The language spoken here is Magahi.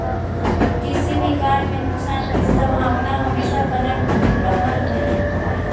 किसी भी कार्य में नुकसान की संभावना हमेशा बनल रहअ हई